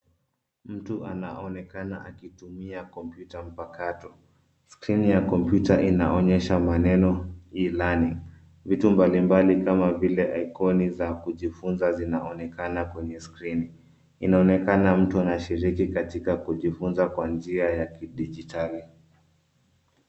Mtu anaonekana akitumia kompyuta mpakato. Skrini ya kompyuta inaonyesha maneno E-learning . Vitu mbali mbali kama vile ikoni za kujifunza zinaonekana kwenye skrini. Inaonekana mtu anashiriki katika kujifunza kwa njia ya kidijitali.